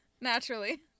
naturally